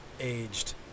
aged